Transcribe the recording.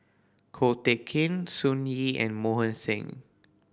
Ko Teck Kin Sun Yee and Mohan Singh